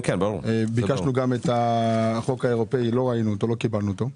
ביקשנו גם את החוק האירופאי ולא קיבלנו אותו.